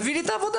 תביא לי את העבודה.